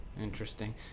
Interesting